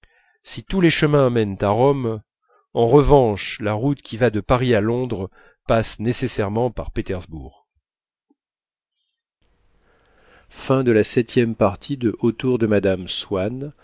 si tous les chemins mènent à rome en revanche la route qui va de paris à londres passe nécessairement par pétersbourg